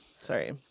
Sorry